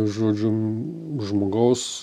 žodžiu žmogaus